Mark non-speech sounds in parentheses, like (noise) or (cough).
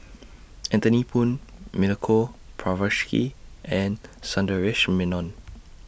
(noise) Anthony Poon Milenko (unintelligible) and Sundaresh Menon